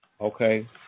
Okay